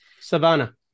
Savannah